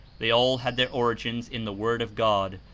they all had their origins in the word of god,